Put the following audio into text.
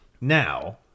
now